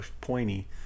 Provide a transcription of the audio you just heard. pointy